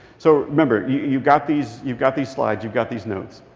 so remember, you've got these you've got these slides. you've got these notes.